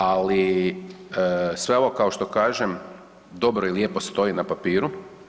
Ali sve ovo kao što kažem dobro i lijepo stoji na papiru.